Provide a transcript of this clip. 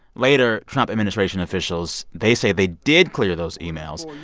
later, trump administration officials they say they did clear those emails.